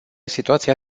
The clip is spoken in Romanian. situația